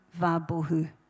vabohu